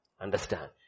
Understand